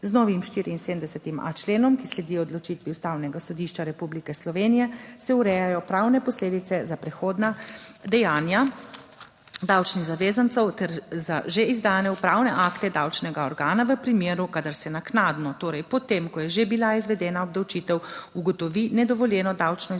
Z novim 74.a členom, ki sledi odločitvi Ustavnega sodišča Republike Slovenije, se urejajo pravne posledice za prehodna dejanja davčnih zavezancev ter za že izdane upravne akte davčnega organa v primeru, kadar se naknadno, torej po tem, ko je že bila izvedena obdavčitev, ugotovi nedovoljeno davčno izogibanje